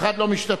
אחד לא משתתף,